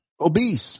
obese